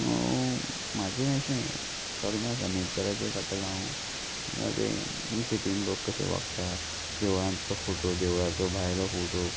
म्हाजें अशें सगळें आसा नेचराचें काडटलों हांव ते सिटीन लोक कशे वागता देवळांतलो फोटो देवळाचो भायलो फोटो